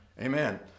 Amen